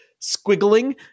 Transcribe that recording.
squiggling